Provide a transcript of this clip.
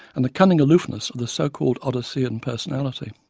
and the cunning aloofness of the so-called odyssean personality.